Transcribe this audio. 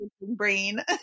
brain